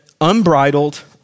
unbridled